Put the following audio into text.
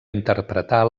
interpretar